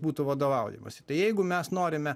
būtų vadovaujamasi tai jeigu mes norime